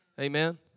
Amen